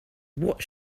what